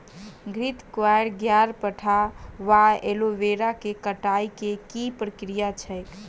घृतक्वाइर, ग्यारपाठा वा एलोवेरा केँ कटाई केँ की प्रक्रिया छैक?